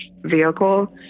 vehicle